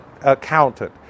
accountant